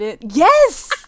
Yes